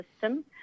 system